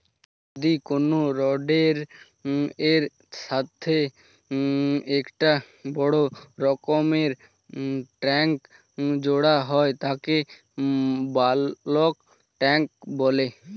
যদি কোনো রডের এর সাথে একটা বড় রকমের ট্যাংক জোড়া হয় তাকে বালক ট্যাঁক বলে